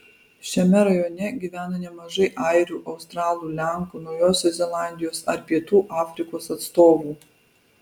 šiame rajone gyvena nemažai airių australų lenkų naujosios zelandijos ar pietų afrikos atstovų